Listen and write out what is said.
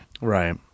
Right